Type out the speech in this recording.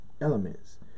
elements